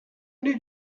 new